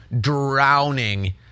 drowning